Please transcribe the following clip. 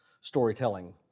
storytelling